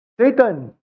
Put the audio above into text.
Satan